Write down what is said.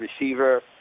receiver